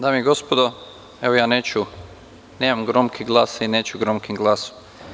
Dame i gospodo, evo ja neću, nemam gromki glas, a i neću gromkim glasom.